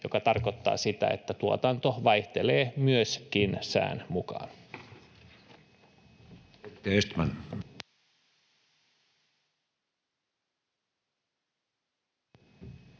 mikä tarkoittaa sitä, että tuotanto vaihtelee myöskin sään mukaan.